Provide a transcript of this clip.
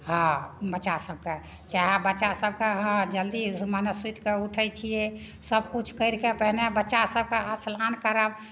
हा बच्चा सबके चाहए बच्चा सबके जल्दी मने सुति कए उठै छियै सबकिछु करि कए पहिने बच्चा सब के स्नान करा